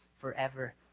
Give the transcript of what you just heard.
forever